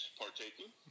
partaking